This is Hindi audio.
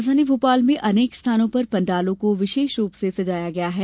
राजधानी भोपाल में अनेक स्थानों पर पांडालों को विशेष रूप से सजाया गया है